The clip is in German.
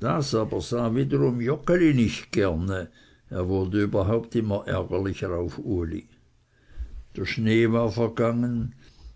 joggeli wiederum nicht gerne er wurde überhaupt immer ärgerlicher auf uli der schnee war vergangen